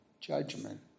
judgment